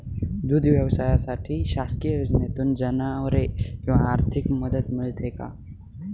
दूध व्यवसायासाठी शासकीय योजनेतून जनावरे किंवा आर्थिक मदत मिळते का?